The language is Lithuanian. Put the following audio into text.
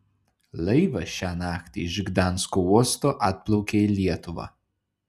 laivas šią naktį iš gdansko uosto atplaukė į lietuvą